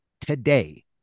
today